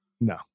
No